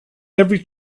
every